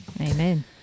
amen